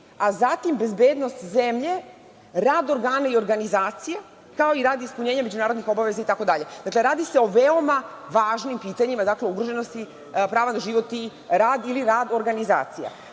a zatim bezbednost zemlje, rad organa i organizacija, kao i radi ispunjenja međunarodnih obaveza, itd. Dakle, radi se o veoma važnim pitanjima ugroženosti, prava na život i rad ili rad organizacija.U